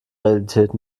realität